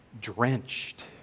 drenched